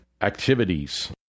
activities